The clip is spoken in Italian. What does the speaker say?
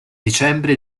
dicembre